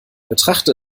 betrachte